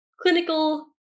clinical